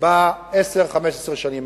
ב-10 15 השנים האחרונות.